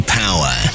power